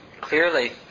clearly